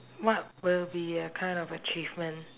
what will be a kind of achievement